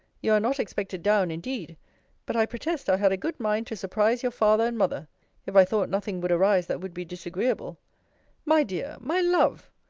you are not expected down indeed but i protest i had a good mind to surprise your father and mother if i thought nothing would arise that would be disagreeable my dear! my love!